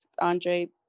Andre